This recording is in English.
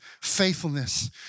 faithfulness